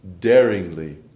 daringly